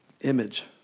image